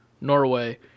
Norway